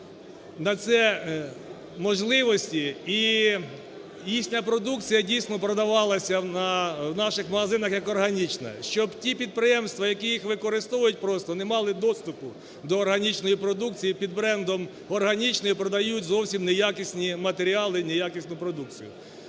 на це можливості і їхня продукція дійсно продавалася в наших магазинах як органічна, щоб ті підприємства, які їх використовують, просто не мали доступу до органічної продукції під брендом "органічні" і продають зовсім не якісні матеріали і не якісну продукцію.